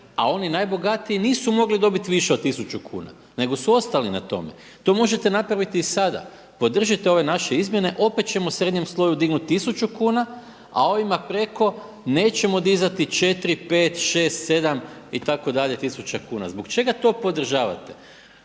a oni najbogatiji nisu mogli dobiti više od 1000 kuna nego su ostali na tome. To možete napraviti i sada, podržite ove naše izmjene, opet ćemo srednjem sloju dignuti tisuću kuna a ovima preko nećemo dizati 4, 5, 6, 7 itd., tisuća kuna. Zbog čega to podržavate?